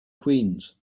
queens